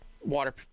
water